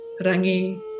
rangi